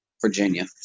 Virginia